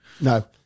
No